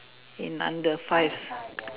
in under five